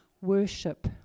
worship